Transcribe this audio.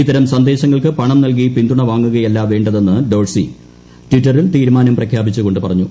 ഇത്തരം സന്ദേശങ്ങൾക്കു പണം നൽകി പിന്തുണ വാങ്ങുകയല്ല വേണ്ടതെന്ന് ഡോഴ്സി ട്വിറ്ററിൽ തീരുമാനം പ്രഖ്യാപിച്ചുകൊണ്ടു പറഞ്ഞു